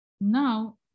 Now